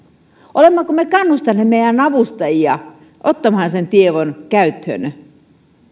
olemmeko me kannustaneet meidän avustajiamme ottamaan sen tiedon käyttöön